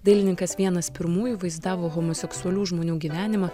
dailininkas vienas pirmųjų vaizdavo homoseksualių žmonių gyvenimą